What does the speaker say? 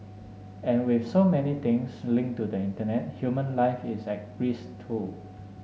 and with so many things linked to the Internet human life is at risk too